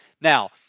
Now